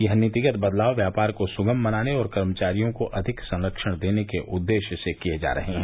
यह नीतिगत बदलाव व्यापार को सुगम बनाने और कर्मचारियों को अधिक संरक्षण देने के उद्देश्य से किये जा रहे हैं